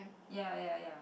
ya ya ya